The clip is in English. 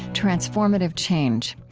transformative change.